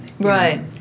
right